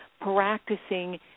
practicing